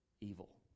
evil